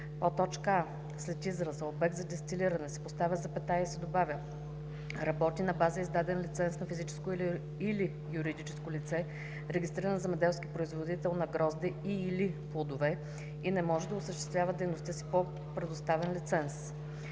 подточка „а“ след израза „обект за дестилиране“ се поставя запетая и се добавя „работи на база издаден лиценз на физическо или юридическо лице-регистриран земеделски производител на грозде и/или плодове и не може да осъществява дейността си по предоставен лиценз“;